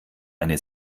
eine